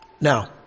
Now